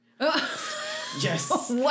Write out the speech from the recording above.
Yes